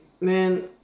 man